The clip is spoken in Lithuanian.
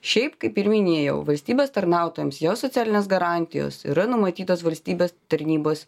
šiaip kaip ir minėjau valstybės tarnautojams jo socialinės garantijos yra numatytos valstybės tarnybos